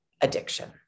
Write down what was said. addiction